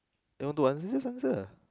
don't do just answer